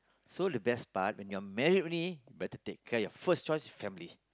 so the best part when you're married already better take care your first choice family